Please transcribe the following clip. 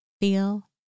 feel